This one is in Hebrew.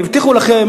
הבטיחו לכם,